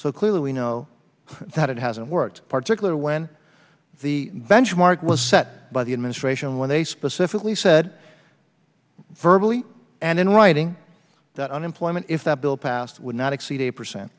so clearly we know that it hasn't worked particularly when the benchmark was set by the administration when they specifically said virtually and in writing that unemployment if that bill passed would not exceed a percent